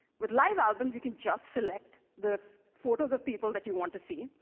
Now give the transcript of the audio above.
with live albums, you can just select the photos of people that you want to see,